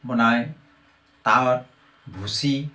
বনাই তাত ভুচি